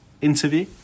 interview